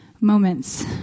moments